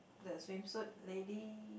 the swimsuit lady